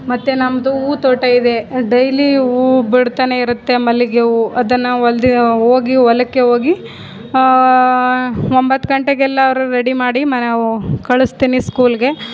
ಮತ್ತು ನಮ್ಮದು ಹೂವು ತೋಟ ಇದೆ ಡೈಲಿ ಹೂವು ಬಿಡ್ತನೇ ಇರುತ್ತೆ ಮಲ್ಲಿಗೆ ಹೂವು ಅದನ್ನು ಒಲ್ದಿ ಹೋಗಿ ಹೊಲಕ್ಕೆ ಹೋಗಿ ಒಂಬತ್ತು ಗಂಟೆಗೆಲ್ಲ ಅವ್ರಿಗೆ ರೆಡಿ ಮಾಡಿ ಮನೆ ಕಳಿಸ್ತೀನಿ ಸ್ಕೂಲಿಗೆ